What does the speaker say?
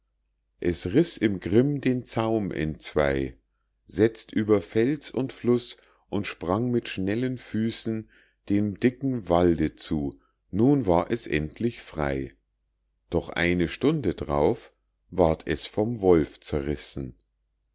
es riß im grimm den zaum entzwei setzt über fels und fluß und sprang mit schnellen füßen dem dicken walde zu nun war es endlich frei doch eine stunde d'rauf ward es vom wolf zerrissen